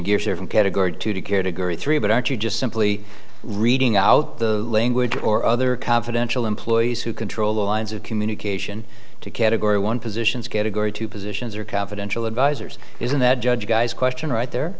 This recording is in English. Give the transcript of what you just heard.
gears from category two category three but aren't you just simply reading out the language or other confidential employees who control the lines of communication to category one positions category two positions are confidential advisors isn't that judge you guys question right there